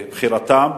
בחירתם,